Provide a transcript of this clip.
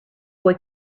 boy